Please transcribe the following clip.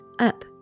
Up